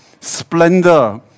splendor